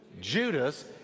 Judas